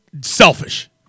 selfish